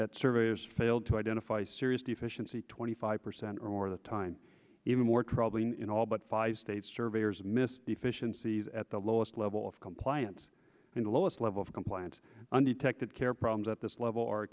that surveys failed to identify serious deficiency twenty five percent or more of the time even more troubling in all but five states surveyors missed deficiencies at the lowest level of compliance in the lowest level of compliance undetected care problems at this level are